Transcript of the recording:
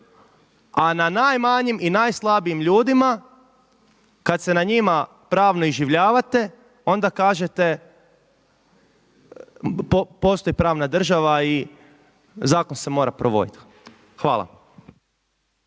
a na najmanjim i najslabijim ljudima kad se na njima pravno iživljavate onda kažete postoji pravna država i zakon se mora provoditi. Hvala.